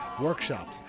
workshops